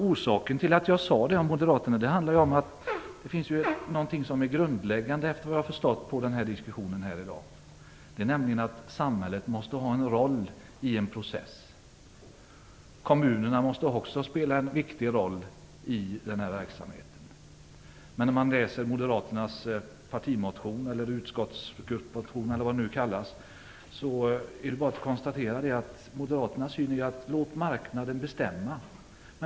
Orsaken till att jag uttalade mig som jag gjorde om Moderaterna är att det finns något som är grundläggande - jag har förstått det av diskussionen här i dag - nämligen att samhället måste ha en roll i processen. Kommunerna måste spela en viktig roll i verksamheten. Men den som läser Moderaternas partimotion eller utskottsmotion eller vad den kallas kan bara konstatera att Moderaternas syn är att vi skall låta marknaden bestämma.